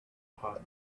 hot